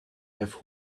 have